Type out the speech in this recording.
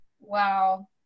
Wow